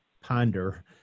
ponder